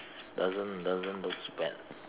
doesn't doesn't looks bad